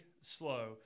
Slow—